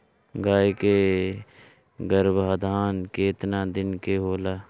गाय के गरभाधान केतना दिन के होला?